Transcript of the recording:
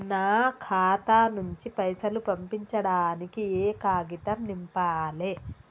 నా ఖాతా నుంచి పైసలు పంపించడానికి ఏ కాగితం నింపాలే?